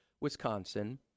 Wisconsin